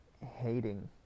Hating